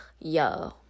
Yo